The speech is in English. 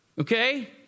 Okay